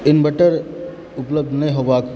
inverter उपलब्ध नहि होबाक